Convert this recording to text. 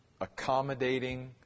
accommodating